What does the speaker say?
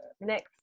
next